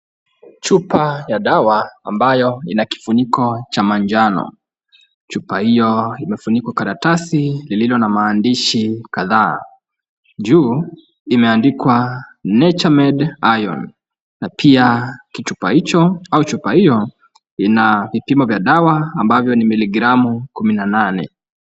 Chupa ya dawa ambayo ina kifuniko cha manjano. Chupa hiyo imefunikwa karatasi lililo na maandishi kadhaa. Juu limeandikwa Nature Made Iron na pia kichupa hicho au chupa hiyo ina vipimo vya dawa ambavyo ni miligramu kumi na nane.